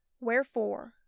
Wherefore